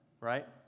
right